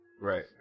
Right